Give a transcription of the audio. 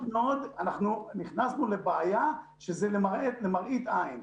נכנסנו לבעיה שזה למראית עין.